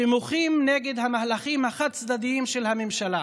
שמוחים נגד המהלכים החד-צדדיים של הממשלה